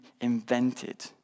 invented